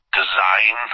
design